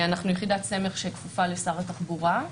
אנחנו יחידת סמך שכפופה לשר התחבורה.